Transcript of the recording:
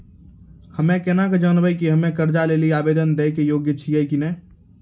हम्मे केना के जानबै कि हम्मे कर्जा लै लेली आवेदन दै के योग्य छियै कि नै?